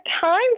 time